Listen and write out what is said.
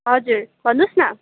हजुर भन्नुहोस् न